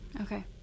Okay